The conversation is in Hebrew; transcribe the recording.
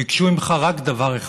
ביקשו ממך רק דבר אחד: